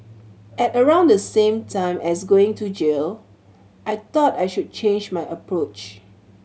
at around the same time as going to jail I thought I should change my approach